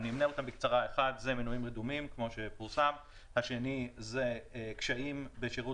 שאחד הוא מנויים רדומים כמו שפורסם והשני הוא קשיים בשירות